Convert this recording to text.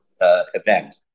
event